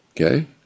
okay